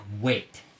wait